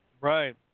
Right